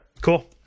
cool